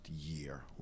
year